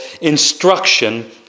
instruction